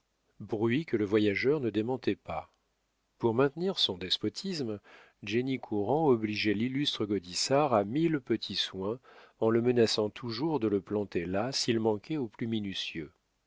bruit que le voyageur ne démentait pas pour maintenir son despotisme jenny courand obligeait l'illustre gaudissart à mille petits soins en le menaçant toujours de le planter là s'il manquait au plus minutieux